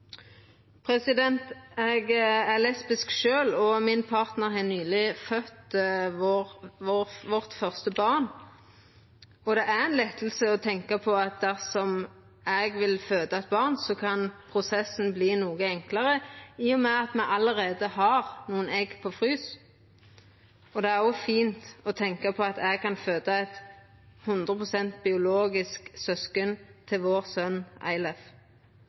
Eg er lesbisk sjølv. Partnaren min har nyleg født vårt første barn, og det er ein lette å tenkje på at dersom eg vil føda eit barn, så kan prosessen verta noko enklare i og med at me allereie har nokre egg på frys. Det er òg fint å tenkja på at eg kan føda eit 100 pst. biologisk søsken til sonen vår.